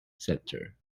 centre